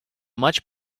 much